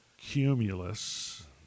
Cumulus